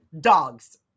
dogs